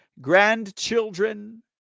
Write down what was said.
grandchildren